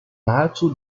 nahezu